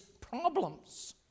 problems